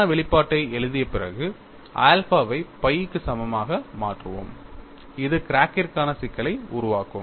பொதுவான வெளிப்பாட்டை எழுதிய பிறகு ஆல்பாவை phi க்கு சமமாக மாற்றுவோம் அது கிராக்கிற்கான சிக்கலை உருவாக்கும்